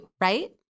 right